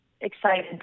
excited